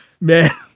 Man